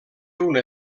una